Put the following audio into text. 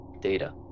Data